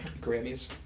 Grammys